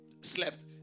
slept